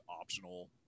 optional